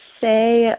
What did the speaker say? say